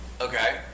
Okay